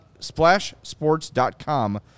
SplashSports.com